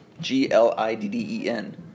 G-L-I-D-D-E-N